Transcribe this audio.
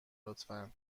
لطفا